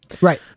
right